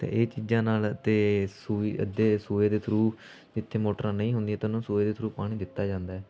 ਅਤੇ ਇਹ ਚੀਜ਼ਾਂ ਨਾਲ ਅਤੇ ਸੂਈ ਅਤੇ ਸੂਏ ਦੇ ਥਰੂ ਜਿੱਥੇ ਮੋਟਰਾਂ ਨਹੀਂ ਹੁੰਦੀਆਂ ਤਾਂ ਉਹਨੂੰ ਸੂਏ ਦੇ ਥਰੂ ਪਾਣੀ ਦਿੱਤਾ ਜਾਂਦਾ